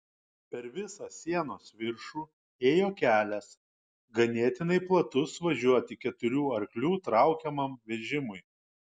per visą sienos viršų ėjo kelias ganėtinai platus važiuoti keturių arklių traukiamam vežimui